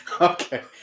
Okay